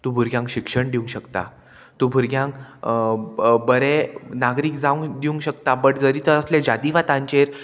तूं भुरग्यांक शिक्षण दिवंक शकता तूं भुरग्यांक बरें नागरीक जावंक दिवंक शकता बट जरी तर असले जातीवादांचेर